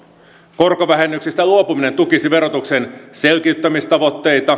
korkovähennyksistä luopuminen tukisi verotuksen selkiyttämistavoitteita